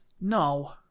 No